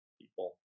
people